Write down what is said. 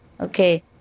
Okay